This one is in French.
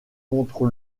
contre